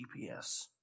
GPS